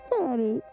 Daddy